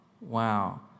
wow